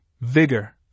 vigor